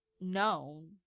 known